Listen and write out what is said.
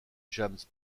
james